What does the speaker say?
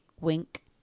wink